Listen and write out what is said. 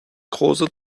große